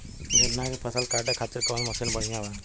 गन्ना के फसल कांटे खाती कवन मसीन बढ़ियां बा?